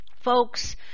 Folks